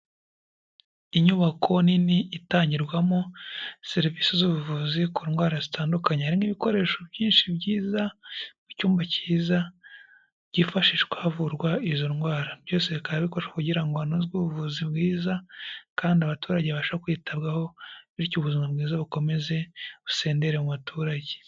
Inyubako nini itangirwamo serivisi z'ubuvuzi ku ndwara zitandukanye, hari n'ibikoresho byinshi byiza mu cyumba cyiza byifashishwa ahavurwa izo ndwara. Byose bikaba bikora kugira ngo hanozwe ubuvuzi bwiza kandi abaturage babashe kwitabwaho bityo ubuzima bwiza bukomeze busendere mu baturage.